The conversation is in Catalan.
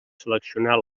seleccionar